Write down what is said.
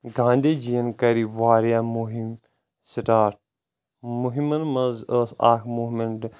گانٛدی جی ین کرِ واریاہ مہم سٹاٹ مہمن منٛز ٲس اکھ موہمینٹ